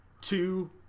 two